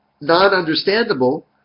non-understandable